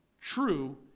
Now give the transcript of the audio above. true